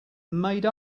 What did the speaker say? made